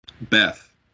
Beth